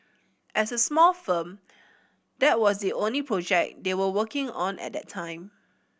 as a small firm that was the only project they were working on at that time